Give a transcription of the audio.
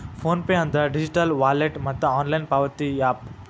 phone pay ಅಂದ್ರ digital wallet ಮತ್ತ online ಪಾವತಿ ಯಾಪ್